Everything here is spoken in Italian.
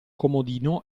comodino